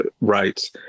rights